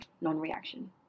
Non-reaction